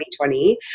2020